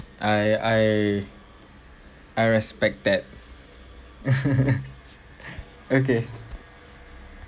I I I respect that okay